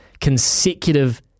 consecutive